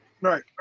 Right